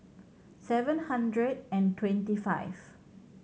seven hundred and twenty five